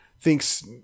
thinks